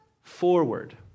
forward